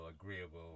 agreeable